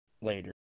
later